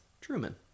Truman